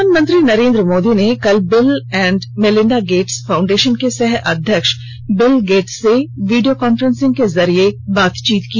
प्रधानमंत्री नरेन्द्र मोदी ने कल Bill and Melinda Gates Foundation के सह अध्यक्ष बिल गेट्स से वीडियो काफ्रेंसिंग के जरिए बातचीत की